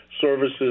services